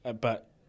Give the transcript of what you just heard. but-